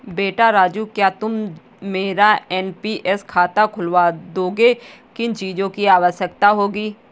बेटा राजू क्या तुम मेरा एन.पी.एस खाता खुलवा दोगे, किन चीजों की आवश्यकता होगी?